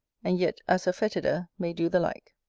and yet assa foetida may do the like.